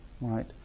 Right